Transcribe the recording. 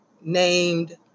named